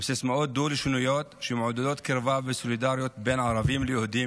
עם סיסמאות דו-לשוניות שמעודדות קרבה וסולידריות בין ערבים ליהודים,